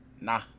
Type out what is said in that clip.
nah